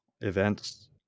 events